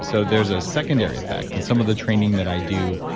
so there's a secondary effect. and some of the training that i do,